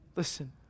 Listen